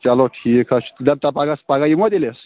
چلو ٹھیٖک حظ چھُ پگاہ یِمو تیٚلہِ اَسۍ